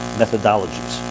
methodologies